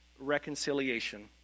reconciliation